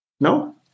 No